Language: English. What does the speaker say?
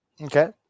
Okay